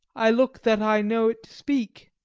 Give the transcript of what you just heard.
i look that i know it to speak.